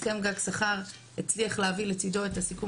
הסכם גג שכר הצליח להביא לצדו את הסיכום